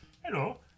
Hello